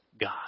God